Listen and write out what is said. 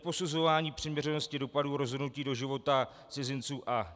Neposuzování přiměřenosti dopadů rozhodnutí do života cizinců a cizinek.